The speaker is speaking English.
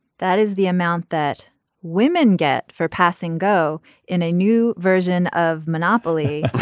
that is the amount that women get for passing go in a new version of monopoly